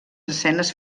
escenes